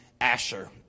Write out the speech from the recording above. Asher